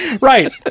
Right